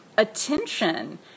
Attention